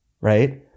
right